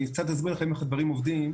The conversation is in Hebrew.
אני קצת אסביר לכם איך הדברים עובדים.